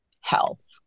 health